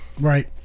Right